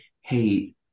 hate